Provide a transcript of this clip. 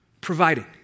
providing